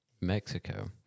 Mexico